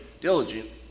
diligently